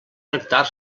tractar